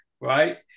right